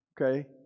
Okay